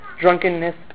drunkenness